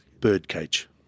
Birdcage